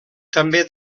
també